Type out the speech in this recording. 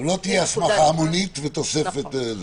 אבל לא תהיה הסמכה המונית ותוספת.